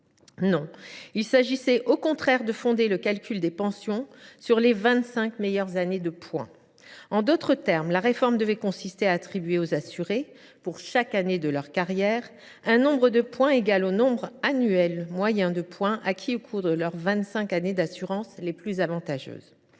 il s’agissait de fonder le calcul des pensions sur les vingt cinq meilleures années de points. En d’autres termes, la réforme devait consister à attribuer aux assurés, pour chaque année de leur carrière, un nombre de points égal au nombre annuel moyen de points acquis au cours de leurs vingt cinq années d’assurance les plus avantageuses.